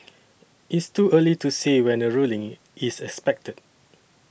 it's too early to say when a ruling is expected